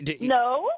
no